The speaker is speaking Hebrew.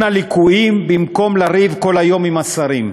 הליקויים במקום לריב כל היום עם השרים.